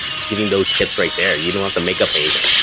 giving those tips right there, you don't have to make up anything.